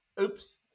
Oops